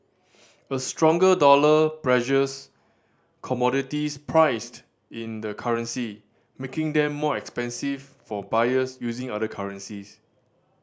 a stronger dollar pressures commodities priced in the currency making them more expensive for buyers using other currencies